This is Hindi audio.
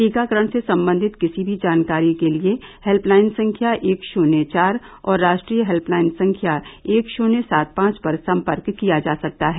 टीकाकरण से सम्बन्धित किसी भी जानकारी के लिये हेल्पलाइन संख्या एक शुन्य चार और राष्ट्रीय हेल्पलाइन संख्या एक शुन्य सात पांव पर सम्पर्क किया जा सकता है